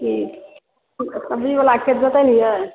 की सब्जी वाला खेत जोतलियै